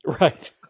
Right